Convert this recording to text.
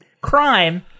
crime